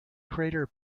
crater